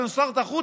רוב החוק,